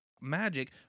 magic